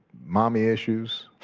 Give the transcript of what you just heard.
mommy issues.